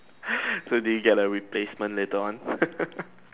so did you get a replacement later on